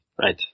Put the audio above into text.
Right